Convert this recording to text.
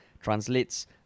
translates